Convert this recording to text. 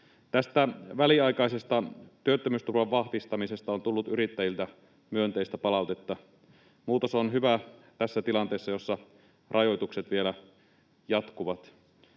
Tästä väliaikaisesta työttömyysturvan vahvistamisesta on tullut yrittäjiltä myönteistä palautetta. Muutos on hyvä tässä tilanteessa, jossa rajoitukset vielä jatkuvat.